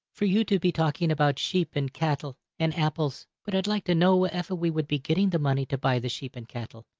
for you to be talking about sheep, and cattle, and apples but i'd like to know wherefer we would be getting the money to buy the sheep and cattle?